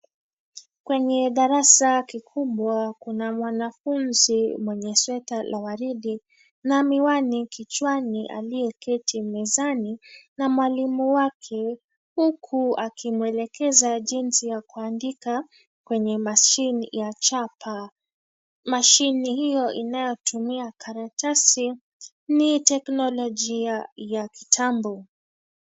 Kwenye darasa kikubwa Kuna mwanafafunzi mwenye sweta la waridi na miwani kichwani aliyeketi kwenye Mezani na mwalimu wake huku akimwelekeza jinsi ya kuandika kwenye mashine ya chapa. Mashine hiyo inatumia karatasi ni teknolojia ya kitambo.